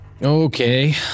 Okay